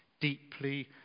deeply